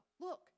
look